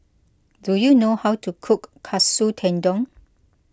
do you know how to cook Katsu Tendon